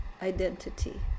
identity